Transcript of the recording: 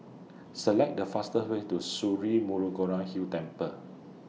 Select The fastest Way to Sri Murugan Hill Temple